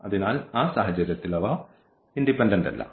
അതിനാൽ ആ സാഹചര്യത്തിൽ അവ ഇൻഡിപെൻഡന്റല്ല